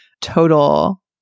total